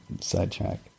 sidetrack